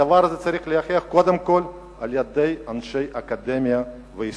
הדבר הזה צריך להיות מוכח קודם כול על-ידי אנשי אקדמיה והיסטוריה.